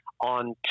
on